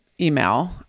email